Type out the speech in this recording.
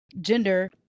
gender